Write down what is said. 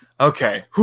Okay